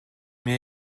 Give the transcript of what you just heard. mir